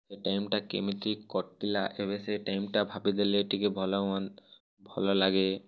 ସେ ଟାଇମ୍ଟା କେମିତି କଟିଲା ଏବେ ସେ ଟାଇମ୍ଟା ଭାବି ଦେଲେ ଟିକେ ଭଲ ହୁଅନ୍ତା ଭଲ ଲାଗେ